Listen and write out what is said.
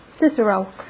Cicero